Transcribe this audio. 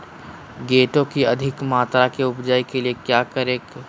गोटो की अधिक मात्रा में उपज के लिए क्या करें?